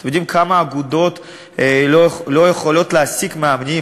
אתם יודעים כמה אגודות לא יכולות להעסיק מאמנים?